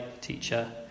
teacher